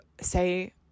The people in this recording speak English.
say